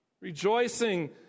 Rejoicing